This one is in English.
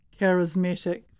charismatic